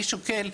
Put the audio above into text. אני שוקל,